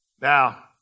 Now